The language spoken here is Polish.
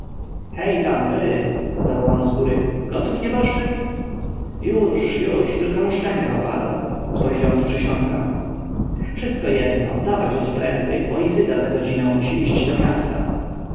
hej tam wy zawołano zgóry gotów nieboszczyk już już tylko mu szczęka opada odpowiedziano z przysionka wszystko jedno dawać go tu prędzej bo izyda za godzinę musi iść do miasta